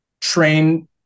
train